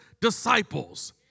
disciples